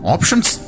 Options